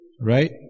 right